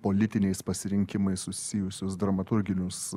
politiniais pasirinkimais susijusius dramaturginius